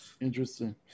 Interesting